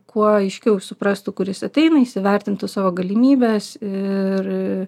kuo aiškiau suprastų kur jis ateina įsivertintų savo galimybes ir